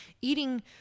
eating